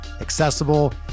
accessible